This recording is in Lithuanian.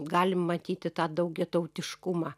galim matyti tą daugiatautiškumą